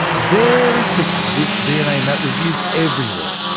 very quickly, this dna map was used everywhere.